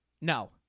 No